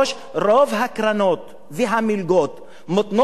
רוב הקרנות והמלגות מותנות בזה,